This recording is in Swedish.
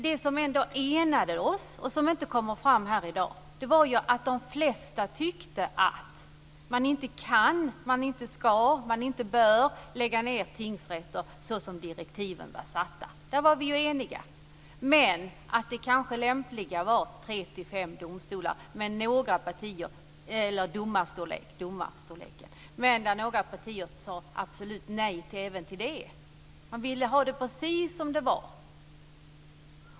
Det som ändå enade oss, men som inte kommer fram här i dag, var att de flesta tyckte att man inte kan, ska eller bör lägga ned tingsrätter såsom direktiven var satta. Där var vi eniga. Den kanske lämpligaste domarstorleken var trefem domare. Men några partier sade absolut nej även till det. De ville ha det precis som det var.